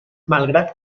malgrat